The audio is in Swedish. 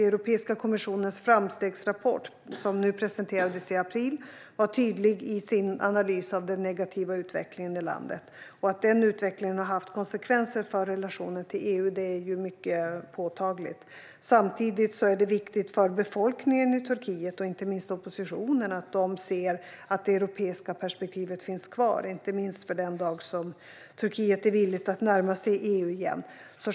Europeiska kommissionens framstegsrapport, som presenterades i april, var tydlig i sin analys av den negativa utvecklingen i landet. Att den utvecklingen har haft konsekvenser för relationen till EU är mycket påtagligt. Samtidigt är det viktigt för befolkningen i Turkiet, inte minst oppositionen, att man ser att det europeiska perspektivet finns kvar, inte minst den dag som Turkiet är villigt att närma sig EU igen.